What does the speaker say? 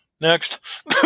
Next